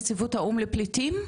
ג'יין מנציבות האו"ם לפליטים בבקשה.